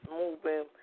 moving